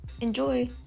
Enjoy